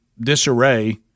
disarray